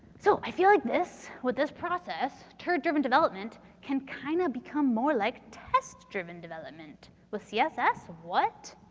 so, i feel like this with this process turd driven development can kind of become more like test driven development. with css? what?